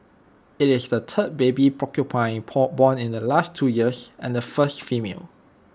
IT is the third baby porcupine porn born in the last two years and the first female